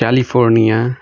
California